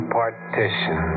partition